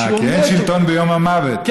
כי אין שלטון ביום המוות.